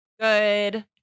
good